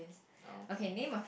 okay